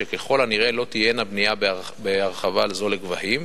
שככל הנראה לא תהייה בנייה בהרחבה זו לגבהים.